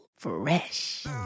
fresh